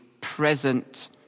present